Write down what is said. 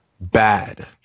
Bad